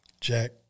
Jack